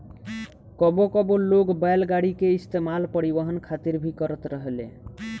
कबो कबो लोग बैलगाड़ी के इस्तेमाल परिवहन खातिर भी करत रहेले